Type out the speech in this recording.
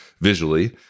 visually